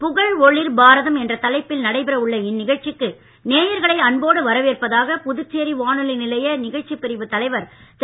புகழ் ஒளிர் பாரதம் என்ற தலைப்பில் நடைபெற உள்ள இந்நிகழ்ச்சிக்கு நேயர்களை அன்போடு வரவேற்பதாக புதுச்சேரி வானொலி நிலைய நிகழ்ச்சி பிரிவு தலைவர் திரு